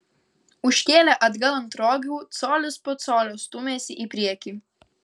užkėlę atgal ant rogių colis po colio stūmėsi į priekį